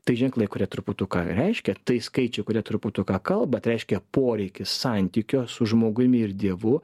tai ženklai kurie truputuką reiškia tai skaičiai kurie truputuką kalba tai reiškia poreikis santykio su žmogumi ir dievu